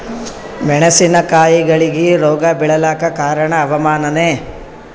ಮೆಣಸಿನ ಕಾಯಿಗಳಿಗಿ ರೋಗ ಬಿಳಲಾಕ ಕಾರಣ ಹವಾಮಾನನೇ?